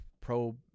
pro